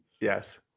Yes